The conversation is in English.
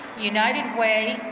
united way,